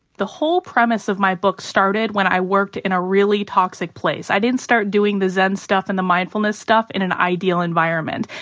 the whole premise of my book started when i worked in a really toxic place. i didn't start doing the zen stuff and the mindfulness stuff in an ideal environment.